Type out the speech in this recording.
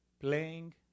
playing